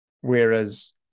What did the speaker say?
Whereas